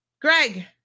Greg